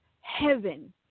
heaven